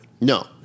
No